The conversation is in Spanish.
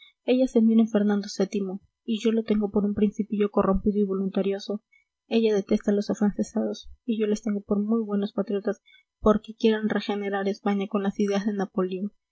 ella se mira en fernando vii y yo lo tengo por un principillo corrompido y voluntarioso ella detesta a los afrancesados y yo les tengo por muy buenos patriotas porque quieren regenerar a españa con las ideas de